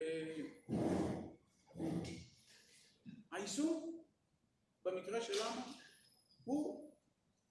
העיסוק במקרה שלנו הוא